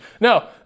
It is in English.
No